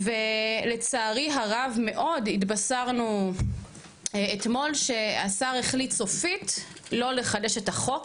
ולצערי הרב מאוד התבשרנו אתמול שהשר החליט סופית לא לחדש את החוק.